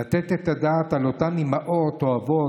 לתת את הדעת על אותן אימהות או אבות,